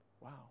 Wow